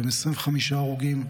עם 25 הרוגים,